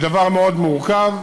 היא דבר מאוד מורכב.